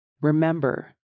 Remember